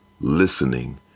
listening